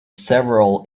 several